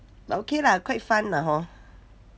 but okay lah quite fun lah hor